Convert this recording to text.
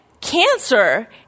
cancer